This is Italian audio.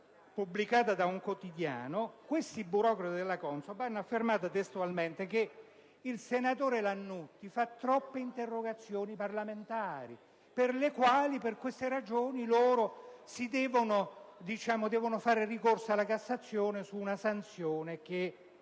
pubblicata da un quotidiano, questi burocrati della CONSOB hanno affermato testualmente che il senatore Lannutti fa troppe interrogazioni parlamentari, per le quali sono costretti a fare ricorso in cassazione su una sanzione